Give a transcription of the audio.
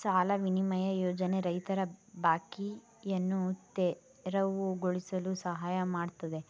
ಸಾಲ ವಿನಿಮಯ ಯೋಜನೆ ರೈತರ ಬಾಕಿಯನ್ನು ತೆರವುಗೊಳಿಸಲು ಸಹಾಯ ಮಾಡ್ತದೆ